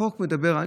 החוק מדבר על,